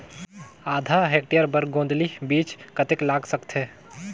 आधा हेक्टेयर बर गोंदली बीच कतेक लाग सकथे?